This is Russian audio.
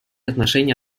отношения